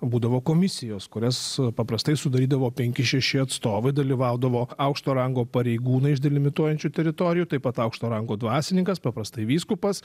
būdavo komisijos kurias paprastai sudarydavo penki šeši atstovai dalyvaudavo aukšto rango pareigūnai iš delimituojančių teritorijų taip pat aukšto rango dvasininkas paprastai vyskupas